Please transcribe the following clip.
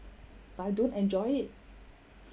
but I don't enjoy it